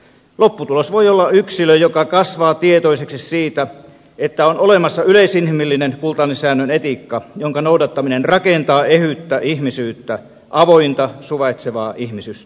lopputulos voi olla yksilö joka kasvaa tietoiseksi siitä että on olemassa yleisinhimillinen kultaisen säännön etiikka jonka noudattaminen rakentaa ehyttä ihmisyyttä avointa suvaitsevaa ihmisyhteisöä